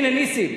הנה נסים.